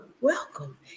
welcome